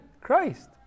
Christ